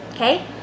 okay